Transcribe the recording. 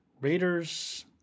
Raiders